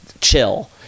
Chill